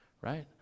right